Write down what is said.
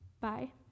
Bye